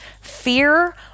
fear